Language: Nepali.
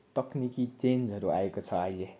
तक्निकी चेन्जहरू आएको छ अहिले